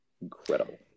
Incredible